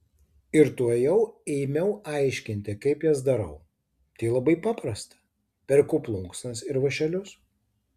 ir tuojau ėmiau aiškinti kaip jas darau tai labai paprasta perku plunksnas ir vąšelius